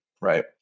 right